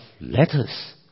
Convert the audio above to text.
letters